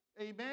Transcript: Amen